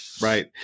Right